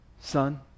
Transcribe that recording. Son